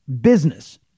business